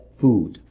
food